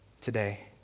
today